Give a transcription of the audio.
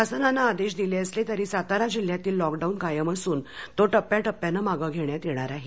शासनाने आदेश दिले असले तरी सातारा जिल्ह्यातील लॉकडाऊन कायम असून तो टप्प्याटप्प्याने मागे घेण्यात येणार आहे